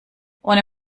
ohne